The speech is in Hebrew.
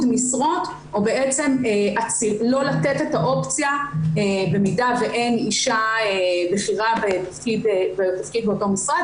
משרות או לא לתת את האופציה במידה ואין אישה בכירה בתפקיד באותו משרד,